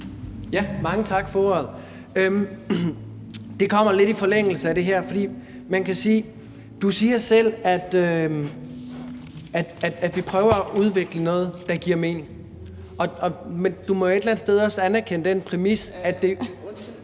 (S): Mange tak for ordet. Det kommer lidt i forlængelse af det her. For du siger selv, at vi prøver at udvikle noget, der giver mening, men du må jo et eller andet sted også anerkende den præmis, at det ...